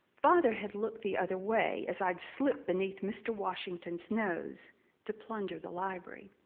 father had looked the other way as i had slipped beneath mr. washington's nose to plunder the library.